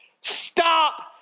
stop